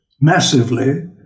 massively